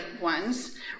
ones